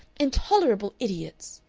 intolerable idiots.